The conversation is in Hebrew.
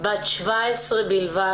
בת 17 בלבד,